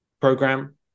program